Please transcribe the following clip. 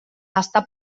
està